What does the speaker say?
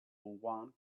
one